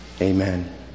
Amen